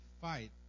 fight